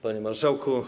Panie Marszałku!